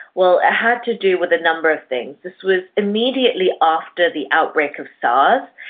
well, it had to do with a number of things. this was immediately after the outbreak of sars,